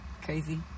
Crazy